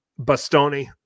Bastoni